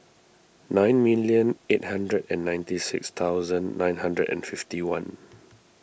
nine million eight hundred and ninety six thousand nine hundred and fifty one